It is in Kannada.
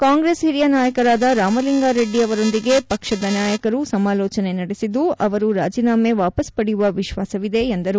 ಕಾಂಗ್ರೆಸ್ ಹಿರಿಯ ನಾಯಕರಾದ ರಾಮಲಿಂಗಾರೆಡ್ಡಿ ಅವರೊಂದಿಗೆ ಪಕ್ಷದ ನಾಯಕರು ಸಮಾಲೋಚನೆ ನಡೆಸಿದ್ದು ಅವರು ರಾಜೀನಾಮೆ ವಾಪಸ್ ಪಡೆಯುವ ವಿಶ್ವಾಸವಿದೆ ಎಂದರು